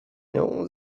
nią